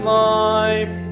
life